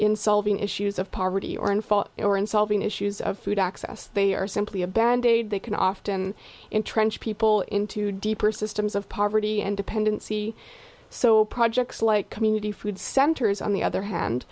in solving issues of poverty or in fall or in solving issues of food access they are simply a bandaid they can often entrench people into deeper systems of poverty and dependency so projects like community food centers on the other hand